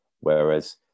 Whereas